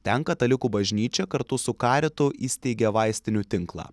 ten katalikų bažnyčia kartu su karitu įsteigė vaistinių tinklą